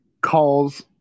calls